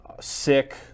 sick